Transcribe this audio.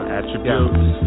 Attributes